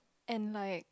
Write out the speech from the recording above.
and like